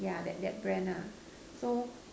yeah that that that brand lah so